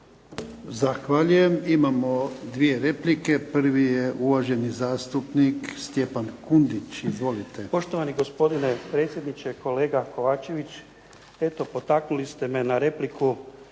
Zahvaljujem. Imamo dvije replike, prvi je uvaženi zastupnik Stjepan Kundić. Izvolite. **Kundić, Stjepan (HDZ)** Poštovani gospodine potpredsjedniče. Kolega Kovačević, eto potaknuli ste me na repliku